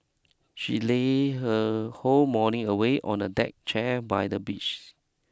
she lay her whole morning away on a deck chair by the beach